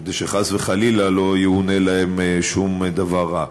כדי שחס וחלילה לא יאונה להם שום דבר רע.